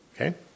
Okay